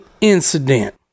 incident